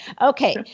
okay